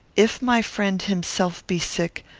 if my friend himself be sick,